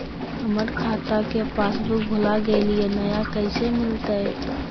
हमर खाता के पासबुक भुला गेलई, नया कैसे मिलतई?